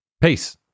Peace